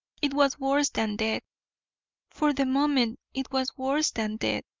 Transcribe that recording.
it was worse than death for the moment it was worse than death.